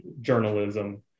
journalism